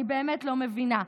אני באמת לא מבינה.